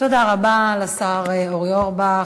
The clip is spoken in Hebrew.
תודה רבה לשר אורי אורבך,